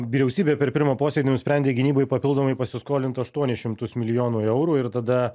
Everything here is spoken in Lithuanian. vyriausybė per pirmą posėdį nusprendė gynybai papildomai pasiskolint aštuonis šimtus milijonų eurų ir tada